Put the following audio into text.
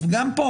השאלה גם פה,